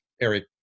Eric